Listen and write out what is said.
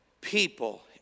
people